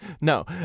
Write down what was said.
No